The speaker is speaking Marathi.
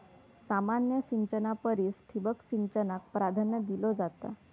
सामान्य सिंचना परिस ठिबक सिंचनाक प्राधान्य दिलो जाता